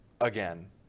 again